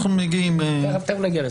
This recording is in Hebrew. תכף נגיע לזה.